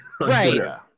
Right